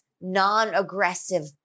non-aggressive